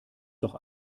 doch